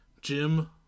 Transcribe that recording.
Jim